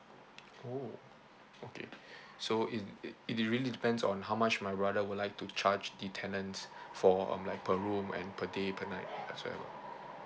oh okay so it it it really depends on how much my brother would like to charge the tenants for um like per room and per day per night as well